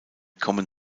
kommen